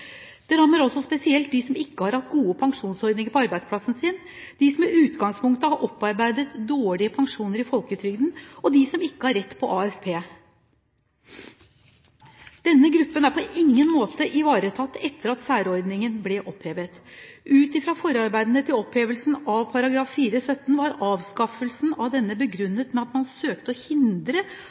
Det rammer spesielt dem som ikke har hatt gode pensjonsordninger på arbeidsplassen sin, dem som i utgangspunktet har opparbeidet dårlige pensjoner i folketrygden, og dem som ikke har rett til AFP. Denne gruppen er på ingen måte ivaretatt etter at særordningen ble opphevet. Ut fra forarbeidene til opphevelsen av § 4-17 var avskaffelsen av denne begrunnet med at man søkte å hindre